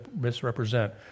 misrepresent